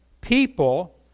people